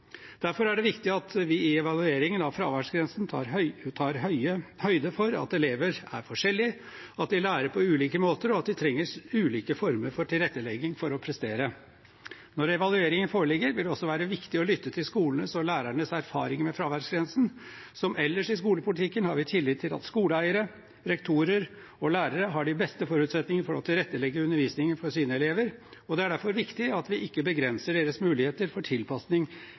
Derfor er det viktig at vi i evalueringen av fraværsgrensen tar høyde for at elever er forskjellige, at de lærer på ulike måter, og at de trenger ulike former for tilrettelegging for å prestere. Når evalueringen foreligger, vil det også være viktig å lytte til skolenes og lærernes erfaringer med fraværsgrensen. Som ellers i skolepolitikken har vi tillit til at skoleeiere, rektorer og lærere har de beste forutsetninger for å tilrettelegge undervisningen for sine elever. Det er derfor viktig at vi ikke begrenser deres muligheter for tilpasning